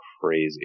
crazy